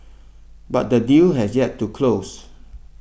but the deal has yet to close